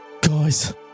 guys